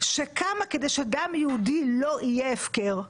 שקמה כדי שדם יהודי לא יהיה הפקר,